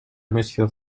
monsieur